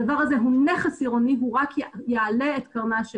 הדבר הזה הוא נכס עירוני והוא רק יעלה את קרנה של